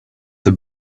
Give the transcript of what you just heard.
the